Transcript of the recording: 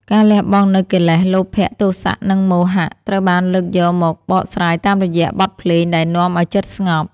ការលះបង់នូវកិលេស លោភៈ ទោសៈ និងមោហៈ ត្រូវបានលើកយកមកបកស្រាយតាមរយៈបទភ្លេងដែលនាំឱ្យចិត្តស្ងប់